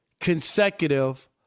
consecutive